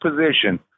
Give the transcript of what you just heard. position